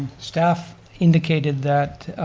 staff indicated that,